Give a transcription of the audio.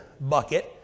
bucket